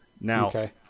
Now